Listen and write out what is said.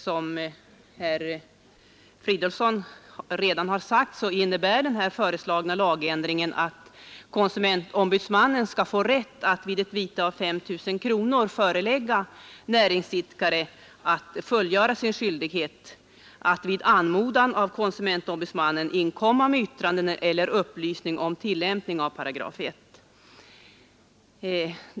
Som herr Fridolfsson i Stockholm sade innebär den föreslagna lagändringen att konsumentombudsmannen ges rätt att vid ett vite av 5 000 kronor förelägga näringsidkare att fullgöra sin skyldighet att på anmaning av konsumentombudsmannen inkomma med yttrande eller upplysning i ärende om tillämpning av 1 §.